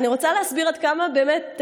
אני רוצה להסביר עד כמה באמת,